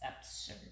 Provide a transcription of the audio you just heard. absurd